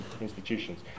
institutions